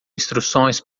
instruções